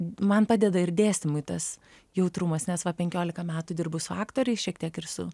man padeda ir dėstymui tas jautrumas nes va penkiolika metų dirbu su aktoriais šiek tiek ir su